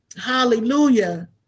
Hallelujah